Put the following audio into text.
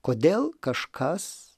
kodėl kažkas